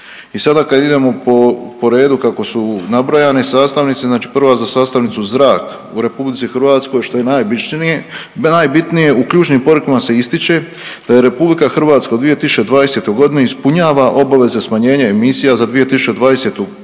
I sada kada idemo po redu kako su nabrojane sastavnice znači prva za sastavnicu zrak u RH što je najbitnije u ključnim porukama se ističe da je RH u 2020.g. ispunjava obaveze smanjenje emisija za 2020.g.